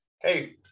hey